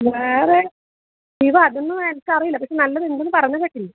വേറെ ഇത് അതൊന്നും എനിക്കറിയില്ല പക്ഷേ നല്ലതുണ്ടെന്ന് പറഞ്ഞ് കേട്ടിന്